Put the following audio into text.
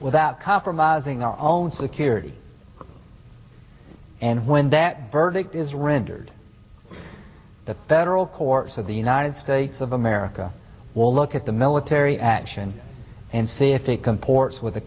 without compromising our own security and when that verdict is rendered the federal courts of the united states of america will look at the military action and see if it comports with